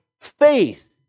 faith